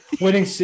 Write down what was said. Winning